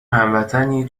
هموطنی